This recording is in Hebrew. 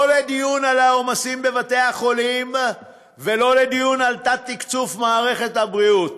לא לדיון על העומס בבתי-החולים ולא לדיון על תת-תקצוב מערכת הבריאות,